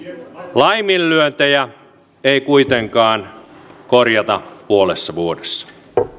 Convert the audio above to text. laiminlyöntejä ei kuitenkaan korjata puolessa vuodessa